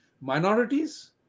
Minorities